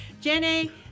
Jenny